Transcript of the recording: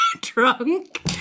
drunk